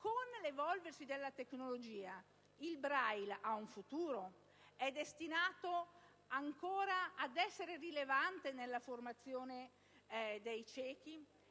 con l'evolversi della tecnologia, il Braille ha un futuro? È destinato ad essere ancora rilevante nella formazione dei ciechi?